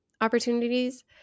opportunities